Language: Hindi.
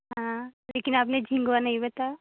हाँ लेकिन आपने झींगा नहीं बताया